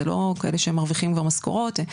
הם לא כאלה שמרווחים משכורות.